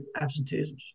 absenteeism